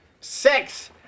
sex